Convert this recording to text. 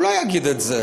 הוא לא יגיד את זה.